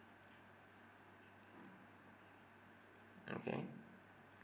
mm okay